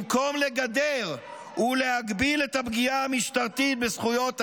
במקום לגדר ולהגביל את הפגיעה המשטרתית בזכויות האזרח,